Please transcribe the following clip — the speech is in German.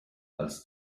als